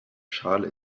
schale